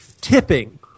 tipping